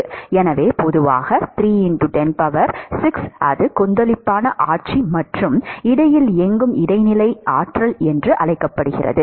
எனவே பொதுவாக 3 106 அது கொந்தளிப்பான ஆட்சி மற்றும் இடையில் எங்கும் இடைநிலை ஆட்சி என்று அழைக்கப்படுகிறது